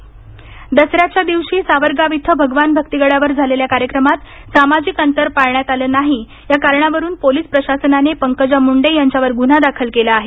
मुंडे बीड दसऱ्याच्या दिवशी सावरगांव इथं भगवान भक्तीगडावर झालेल्या कार्यक्रमात सामाजिक अंतर पाळण्यात आलं नाही या कारणावरून पोलिस प्रशासनाने पंकजा मुंडे यांच्यावर गुन्हा दाखल केला आहे